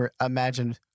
imagine